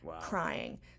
crying